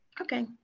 Okay